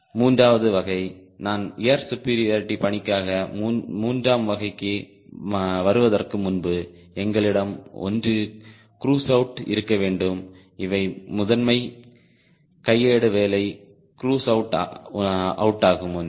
மூன்றாவது வகை நான் ஏர் சுபீரியாரிடி பணிக்காக மூன்றாம் வகைக்கு வருவதற்கு முன்பு எங்களிடம் ஒன்று க்ரூஸ் அவுட் இருக்க வேண்டும் இவை முதன்மை கையேடு வேலை க்ரூஸ் அவுடாகும் ஒன்று